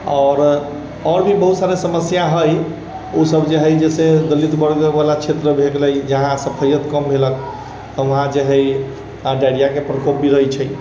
आओर भी बहुत सारे समस्या है ओ सब जे है जैसे दलित वर्ग वाला क्षेत्र भए गेलै जहाँ सफइया कम भेलक ओहा जे है डायरिया के प्रकोप भी रहए छै